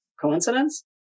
Coincidence